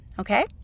okay